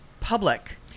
public